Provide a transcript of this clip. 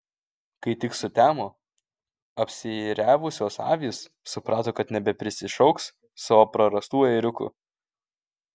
kai tik sutemo apsiėriavusios avys suprato kad nebeprisišauks savo prarastų ėriukų